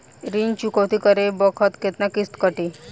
ऋण चुकौती करे बखत केतना किस्त कटी?